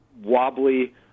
wobbly